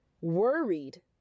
worried